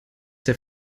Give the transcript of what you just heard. der